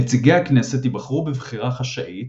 נציגי הכנסת ייבחרו בבחירה חשאית